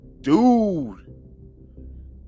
dude